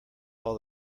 all